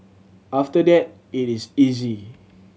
after that it is easy